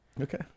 Okay